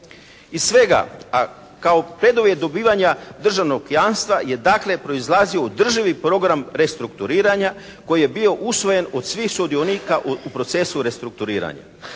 Iz svega, a kao preduvjet dobivanja državnog jamstva je dakle proizlazio u državi program restrukturiranja koji je bio usvojen od svih sudionika u procesu restrukturiranja.